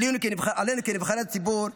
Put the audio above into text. עלינו כנבחרי הציבור,